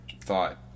thought